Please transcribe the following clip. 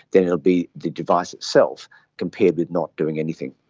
then it will be the device itself compared with not doing anything.